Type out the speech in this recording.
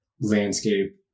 landscape